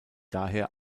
daher